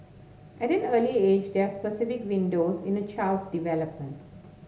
at an early age there are specific windows in a child's development